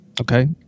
Okay